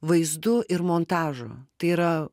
vaizdu ir montažu tai yra